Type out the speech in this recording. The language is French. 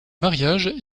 mariages